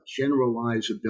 generalizability